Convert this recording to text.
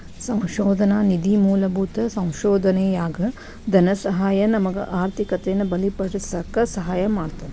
ಸಂಶೋಧನಾ ನಿಧಿ ಮೂಲಭೂತ ಸಂಶೋಧನೆಯಾಗ ಧನಸಹಾಯ ನಮಗ ಆರ್ಥಿಕತೆಯನ್ನ ಬಲಪಡಿಸಕ ಸಹಾಯ ಮಾಡ್ತದ